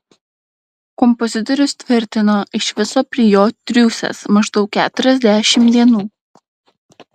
kompozitorius tvirtino iš viso prie jo triūsęs maždaug keturiasdešimt dienų